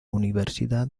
universidad